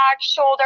shoulder